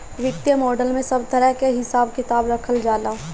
वित्तीय मॉडल में सब तरह कअ हिसाब किताब रखल जाला